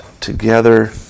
together